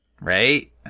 right